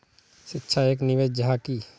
शिक्षा एक निवेश जाहा की?